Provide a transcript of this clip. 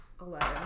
Eleven